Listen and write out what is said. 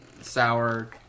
Sour